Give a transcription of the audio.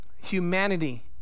Humanity